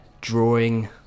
drawing